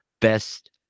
Best